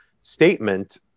statement